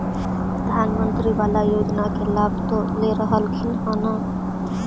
प्रधानमंत्री बाला योजना के लाभ तो ले रहल्खिन ह न?